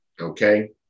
Okay